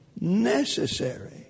necessary